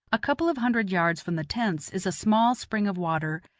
a couple of hundred yards from the tents is a small spring of water,